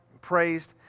praised